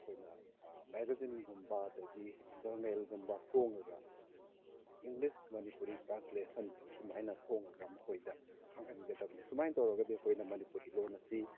ꯑꯩꯈꯣꯏꯅ ꯃꯦꯒꯥꯖꯤꯟꯒꯨꯝꯕ ꯑꯗꯒꯤ ꯖꯔꯅꯦꯜꯒꯨꯝꯕ ꯐꯣꯡꯉꯒ ꯏꯪꯂꯤꯁ ꯃꯅꯤꯄꯨꯔꯤ ꯇ꯭ꯔꯥꯟꯁꯂꯦꯁꯟ ꯁꯨꯃꯥꯏꯅ ꯐꯣꯡꯉꯒ ꯃꯈꯣꯏꯗ ꯈꯪꯍꯟꯒꯗꯕꯅꯤ ꯁꯨꯃꯥꯏꯅ ꯇꯧꯔꯒꯗꯤ ꯑꯩꯈꯣꯏꯅ ꯃꯅꯤꯄꯨꯔꯤ ꯂꯣꯟ ꯑꯁꯤ